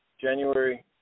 January